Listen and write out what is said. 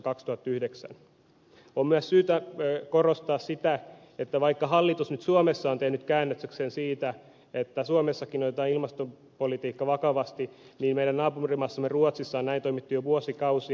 on myös syytä korostaa sitä että vaikka hallitus nyt suomessa on tehnyt käännöksen siitä että suomessakin otetaan ilmastopolitiikka vakavasti niin meidän naapurimaassamme ruotsissa on näin toimittu jo vuosikausia